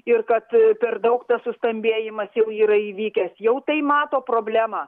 ir kad per daug tas sustambėjimas jau yra įvykęs jau tai mato problemą